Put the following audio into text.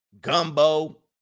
gumbo